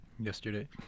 yesterday